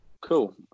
Cool